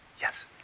Yes